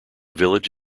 village